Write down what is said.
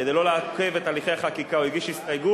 כדי לא לעכב את תהליכי החקיקה הוא הגיש הסתייגות,